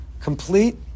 complete